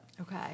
Okay